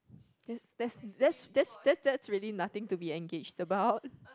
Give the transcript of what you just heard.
that's that's that's that's that's really nothing to be engaged about